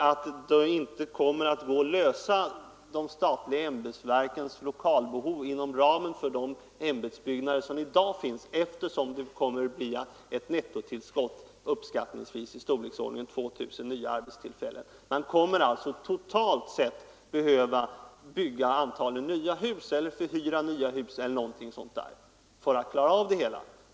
Det kommer inte att gå att lösa problemet med de statliga ämbetsverkens lokalbehov inom ramen för de byggnader som i dag finns eftersom nettotillskottet nya arbetstillfällen uppskattningsvis kommer att bli av storleksordningen 2 000. Man kommer alltså totalt sett antagligen att behöva bygga nya hus eller förhyra nya hus eller någonting sådant för att klara av det hela.